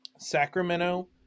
Sacramento